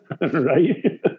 Right